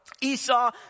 Esau